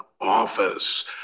office